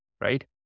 right